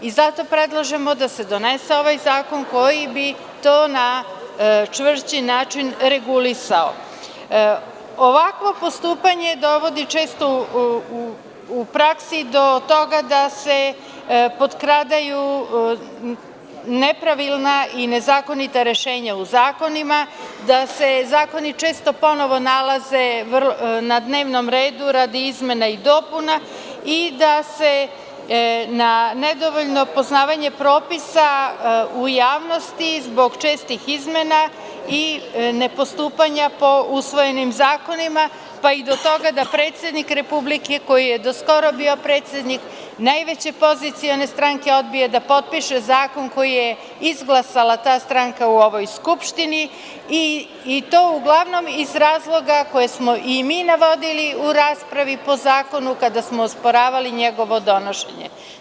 Zato predlažemo da se donese ovaj zakon koji to na čvrsti način regulisao ovakvo postupanje dovodi često u praksi do toga da se potkradaju nepravilna i nezakonita rešenja u zakonima, da se zakoni često ponovo nalaze na dnevnom redu radi izmena i dopuna i da se na nedovoljno poznavanje propisa u javnosti zbog čestih izmena i nepostupanja po usvojenim zakonima pa i do toga da predsednik Republike koji je do skoro bio predsednik najveće pozicione stranke odbija da potpiše zakona koji je izglasala ta stranka u ovoj Skupštini i to uglavnom iz razloga koje smo i mi navodili u raspravi po zakonu kada smo osporavali njegovo donošenje.